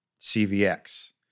CVX